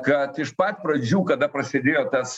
kad iš pat pradžių kada prasidėjo tas